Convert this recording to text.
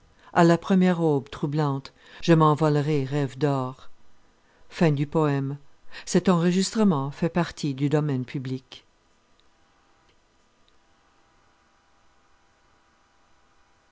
a la première aube troublante je m'envolerai rêve d'or